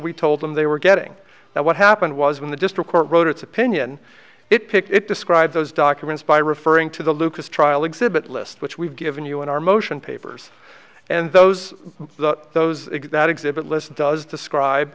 told them they were getting now what happened was when the district court wrote its opinion it picked it describe those documents by referring to the lucas trial exhibit list which we've given you in our motion papers and those those that exhibit list does